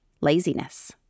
laziness